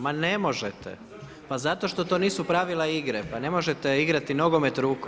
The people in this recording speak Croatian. Ma ne možete. … [[Upadica se ne čuje.]] Pa zato što to nisu pravila igre, pa ne možete igrati nogomet rukom.